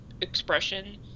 expression